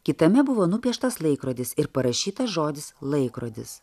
kitame buvo nupieštas laikrodis ir parašytas žodis laikrodis